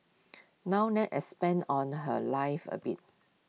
now let's expand on her life A bit